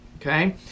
Okay